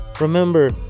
remember